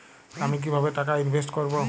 আমি কিভাবে টাকা ইনভেস্ট করব?